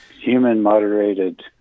Human-moderated